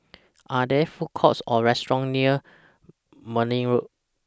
Are There Food Courts Or restaurants near Marne Road